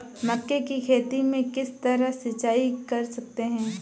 मक्के की खेती में किस तरह सिंचाई कर सकते हैं?